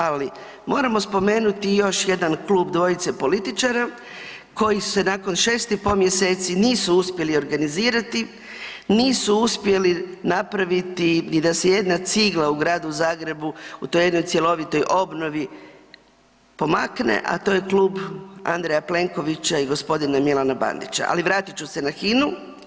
Ali moramo spomenuti još jedan klub dvojice političara koji se nakon 6 i po mjeseci nisu uspjeli organizirati, nisu uspjeli napraviti ni da se jedna cigla u Gradu Zagrebu u toj jednoj cjelovitoj obnovi pomakne, a to je klub Andreja Plenkovića i g. Milana Bandića, ali vratit ću se na Hinu.